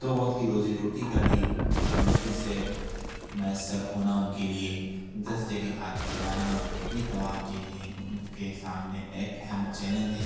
دو وقت کی روزی روٹی کا بھی بہت مشکل سے میسر ہونا ان کے لیے دس جگہ ہاتھ پھیلانا یہ تمام چیزیں ان کے سامنے ایک اہم چیلنج ہے